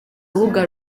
rubuga